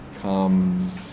comes